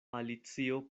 alicio